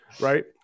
right